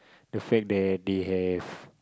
the fact that they have